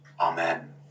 Amen